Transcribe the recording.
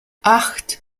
acht